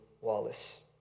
Wallace